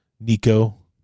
Nico